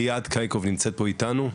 ליעד קייקוב נמצאת פה אתנו,